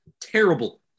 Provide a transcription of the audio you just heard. Terrible